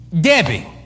Debbie